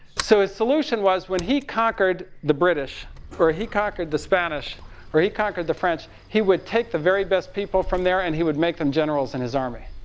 so his solution was, when he conquered the british or he conquered the spanish or he conquered the french. he would take the very best people from there. and he would make them generals in his army.